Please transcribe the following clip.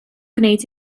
gwneud